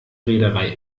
reederei